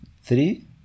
three